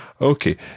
Okay